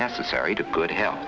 necessary to good health